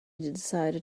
decided